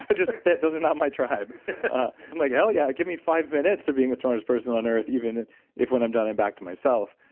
but those are not my tribe. i'm like, hell, yeah, give me five minutes of being the smartest person on earth even if when i'm done and back to myself.